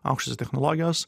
aukštos technologijos